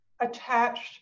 attached